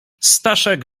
staszek